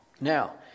Now